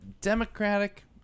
democratic